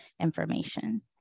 information